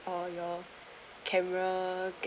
or your camera get